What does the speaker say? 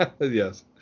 Yes